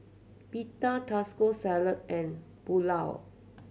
Pita Taco Salad and Pulao